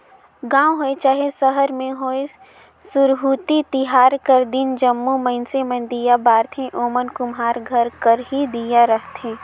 गाँव होए चहे सहर में होए सुरहुती तिहार कर दिन जम्मो मइनसे मन दीया बारथें ओमन कुम्हार घर कर ही दीया रहथें